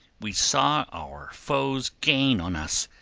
we saw our foes gain on us,